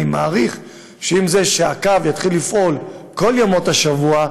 אני מעריך שזה שהקו יתחיל לפעול כל ימות השבוע,